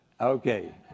Okay